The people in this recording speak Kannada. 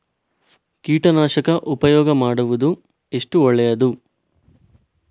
ಕೀಟನಾಶಕ ಉಪಯೋಗ ಮಾಡುವುದು ಎಷ್ಟು ಒಳ್ಳೆಯದು?